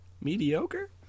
Mediocre